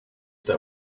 that